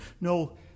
No